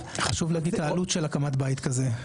חשוב להגיד את העלות של הקמת בית כזה?